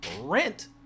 Rent